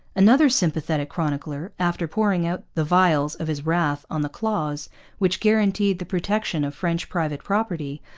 another sympathetic chronicler, after pouring out the vials of his wrath on the clause which guaranteed the protection of french private property,